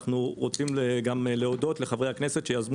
אנחנו רוצים גם להודות לחברי הכנסת שיזמו